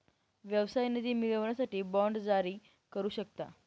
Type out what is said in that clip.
व्यवसाय निधी मिळवण्यासाठी बाँड जारी करू शकता